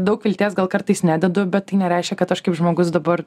daug vilties gal kartais nededu bet tai nereiškia kad aš kaip žmogus dabar